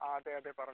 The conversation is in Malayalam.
ആ അതെ അതെ പറഞ്ഞുകൊള്ളൂ